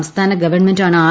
സംസ്ഥാന ഗവൺമെന്റാണ് ആർ